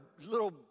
little